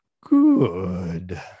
Good